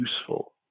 useful